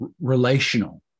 relational